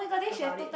about it